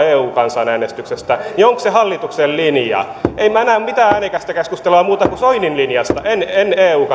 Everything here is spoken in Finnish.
eu kansanäänestyksestä niin onko se hallituksen linja en minä näe mitään äänekästä keskustelua muuta kuin soinin linjasta en en eu